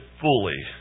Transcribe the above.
fully